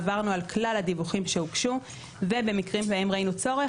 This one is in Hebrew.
עברנו על כלל הדיווחים שהוגשו ובמקרים שבהם ראינו צורך